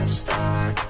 start